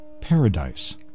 paradise